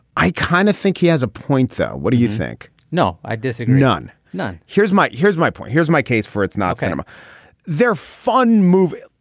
i kind of think he has a point though. what do you think. no i disagree none. none. here's my here's my point. here's my case for it's not cinema they're fun movie.